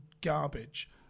garbage